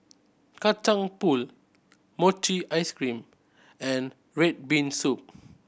Kacang Pool mochi ice cream and red bean soup